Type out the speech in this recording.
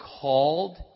called